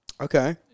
Okay